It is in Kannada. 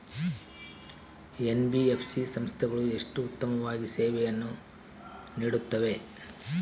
ಎನ್.ಬಿ.ಎಫ್.ಸಿ ಸಂಸ್ಥೆಗಳು ಎಷ್ಟು ಉತ್ತಮವಾಗಿ ಸೇವೆಯನ್ನು ನೇಡುತ್ತವೆ?